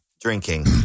drinking